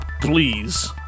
Please